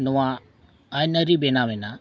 ᱱᱚᱣᱟ ᱟᱹᱱ ᱟᱹᱨᱤ ᱵᱮᱱᱟᱣ ᱮᱱᱟ